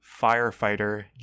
firefighter